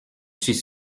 suis